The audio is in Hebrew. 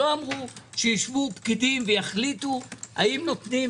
לא אמרו שיישבו פקידים ויחליטו האם נותנים